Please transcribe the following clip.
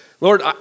Lord